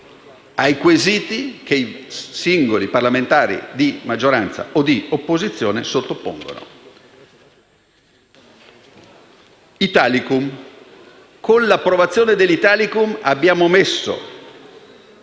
ai quesiti che i singoli parlamentari, di maggioranza o di opposizione, gli sottopongono. Con l'approvazione dell'Italicum abbiamo messo